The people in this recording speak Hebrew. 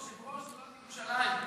יושב-ראש שדולת ירושלים.